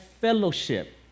fellowship